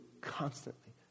constantly